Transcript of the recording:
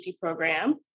program